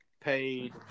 Paid